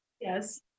Yes